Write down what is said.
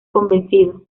convencido